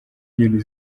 inyoni